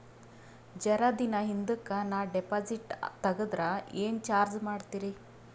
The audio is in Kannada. ಜರ ದಿನ ಹಿಂದಕ ನಾ ಡಿಪಾಜಿಟ್ ತಗದ್ರ ಏನ ಚಾರ್ಜ ಮಾಡ್ತೀರಿ?